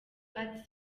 art